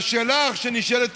תודה רבה.